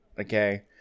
okay